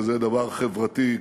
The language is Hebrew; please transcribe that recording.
שזה דבר חברתי,